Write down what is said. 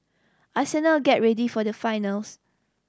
Arsenal get ready for the finals